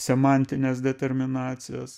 semantines determinacijas